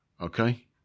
okay